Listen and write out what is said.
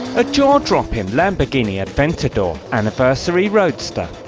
a jaw-dropping lamborghini aventador anniversary roadster,